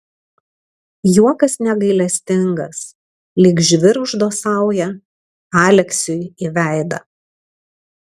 juokas negailestingas lyg žvirgždo sauja aleksiui į veidą